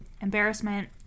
embarrassment